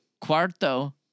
Cuarto